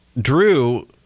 Drew